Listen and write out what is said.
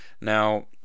Now